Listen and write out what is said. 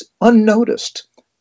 unnoticed